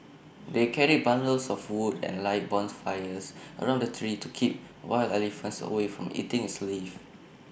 they carried bundles of wood and light bonfires around the tree to keep wild elephants away from eating its leaves